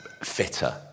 fitter